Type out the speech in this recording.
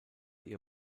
ihr